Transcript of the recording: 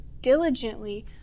diligently